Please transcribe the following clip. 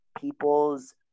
people's